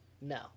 No